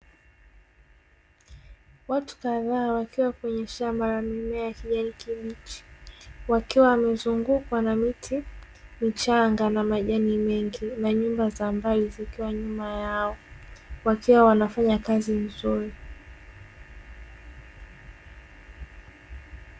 Watu kadhaa wakiwa kwenye shamba la mimea ya kijani kibichi, wakiwa wamezungukwa na miti michanga na majani mengi na nyumba za mradi zikiwa nyuma yao; wakiwa wanafanya kazi nzuri.